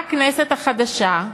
באה הכנסת החדשה,